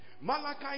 Malachi